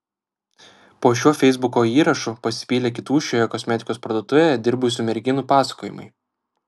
po šiuo feisbuko įrašu pasipylė kitų šioje kosmetikos parduotuvėje dirbusių merginų pasakojimai